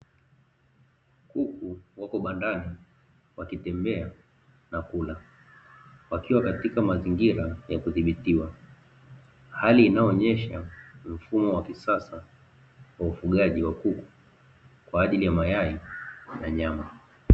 Kuku wako bandani wakitembea na kula, wakiwa katika mazingira ya kudhibitiwa, hali inayoonesha mfumo wa kisasa wa ufugaji wa kuku kwa ajili ya mayai na nyama.